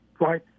right